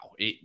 wow